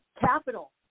capital